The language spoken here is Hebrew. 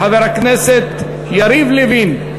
חבר הכנסת יריב לוין.